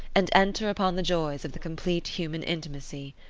and enter upon the joys of the complete human intimacy.